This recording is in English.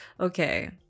Okay